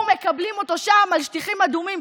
הוא, מקבלים אותו שם על שטיחים אדומים.